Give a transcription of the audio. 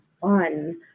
fun